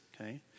okay